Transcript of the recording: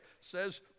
says